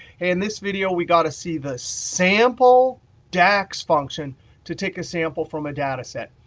and this video, we got to see the sample dax function to take a sample from a data set.